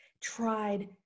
tried